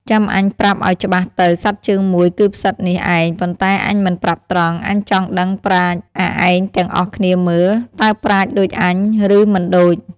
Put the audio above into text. ចាំអញប្រាប់ឲ្យច្បាស់ទៅ សត្វជើងមួយគឺផ្សិតនេះឯង ប៉ុន្តែអញមិនប្រាប់ត្រង់ អញចង់ដឹងប្រាជ្ញអាឯងទាំងអស់គ្នាមើល៍ តើប្រាជ្ញដូចអញ ឬមិនដូច!"។